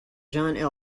john